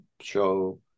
show